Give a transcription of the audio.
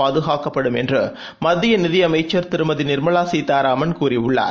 பாதகாக்கப்படும் என்று மத்திய நிதியமைச்சர் திருமதி நிர்மலா சீதாராமன் கூறியுள்ளார்